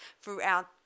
throughout